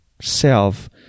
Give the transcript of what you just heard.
self